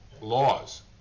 laws